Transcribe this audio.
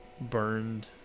burned